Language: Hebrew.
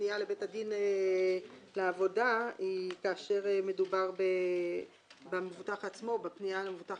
הפנייה לבית הדין לעבודה היא כאשר מדובר בפנייה למבוטח